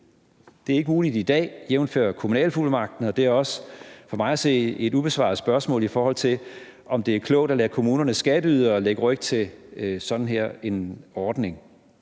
Det er ikke muligt i dag, jævnfør kommunalfuldmagten, og det er også for mig at se et ubesvaret spørgsmål, i forhold til om det er klogt at lade kommunernes skatteydere lægge ryg til en sådan ordning.